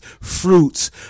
Fruits